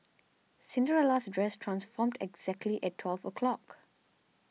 Cinderella's dress transformed exactly at twelve o' clock